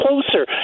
closer